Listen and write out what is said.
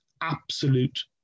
absolute